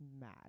mad